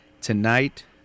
tonight